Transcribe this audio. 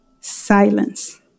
silence